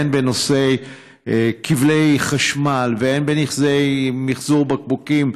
הן בנושא כבלי חשמל והן בנושא מחזור בקבוקים,